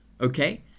Okay